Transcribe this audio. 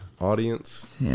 audience